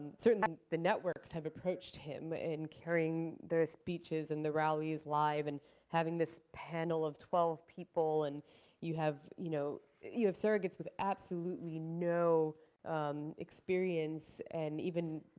certainly, the networks have approached him in carrying the speeches and the rallies live, and having this panel of twelve people, and you have you know you have surrogates with absolutely no experience and even